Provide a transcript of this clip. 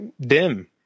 dim